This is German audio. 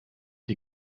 die